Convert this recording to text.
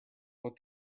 what